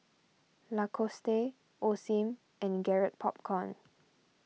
Lacoste Osim and Garrett Popcorn